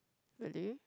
really